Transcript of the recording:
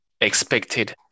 expected